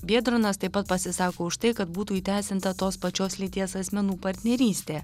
biedronas taip pat pasisako už tai kad būtų įteisinta tos pačios lyties asmenų partnerystė